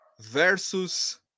versus